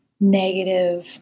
negative